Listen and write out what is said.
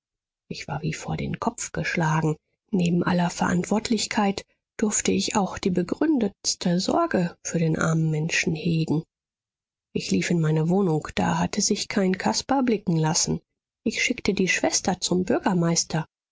ich war wie vor den kopf geschlagen neben aller verantwortlichkeit durfte ich auch die begründetste sorge für den armen menschen hegen ich lief in meine wohnung da hatte sich kein caspar blicken lassen ich schickte die schwester zum bürgermeister